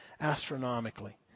astronomically